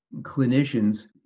clinicians